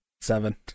Seven